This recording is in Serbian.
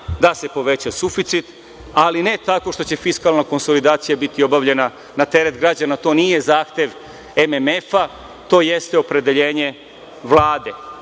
da se poveća suficit, ali ne tako što će fiskalna konsolidacija biti obavljena na teret građana. To nije zahtev MMF-a, to jeste opredeljenje Vlade.